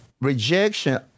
Rejection